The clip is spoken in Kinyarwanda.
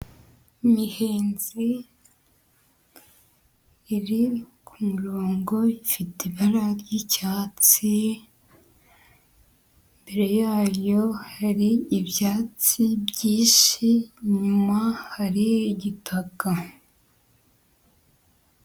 Imihenzi iri ku murongo ifite ibara ry'icyatsi, imbere yayo hari ibyatsi byinshi, inyuma hari igitaka.